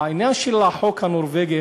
העניין של החוק הנורבגי,